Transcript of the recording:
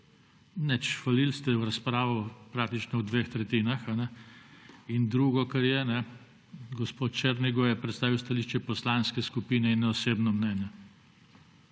Zgrešili ste razpravo praktično v dveh tretjinah. Drugo, kar je, gospod Černigoj je predstavil stališče poslanske skupine in ne osebnega mnenja.